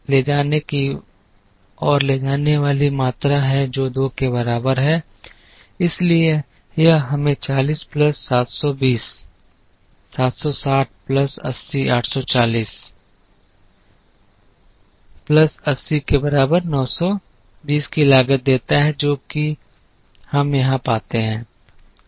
तो 40 लागत में ले जाने वाली मात्रा है जो 2 के बराबर है इसलिए यह हमें 40 प्लस 720 760 प्लस 80 840 प्लस 80 के बराबर 920 की लागत देता है जो कि हम यहां पाते हैं